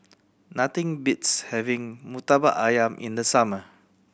nothing beats having Murtabak Ayam in the summer